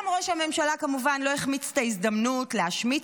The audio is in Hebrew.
גם ראש הממשלה כמובן לא החמיץ את ההזדמנות להשמיץ